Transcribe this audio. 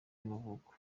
y’amavuko